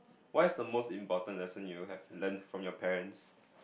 what's the most important lesson you have learnt from your parents